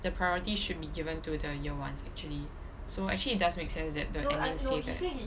the priority should be given to the year ones actually so it actually does make sense that the admin says that